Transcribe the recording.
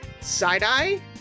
side-eye